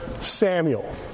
Samuel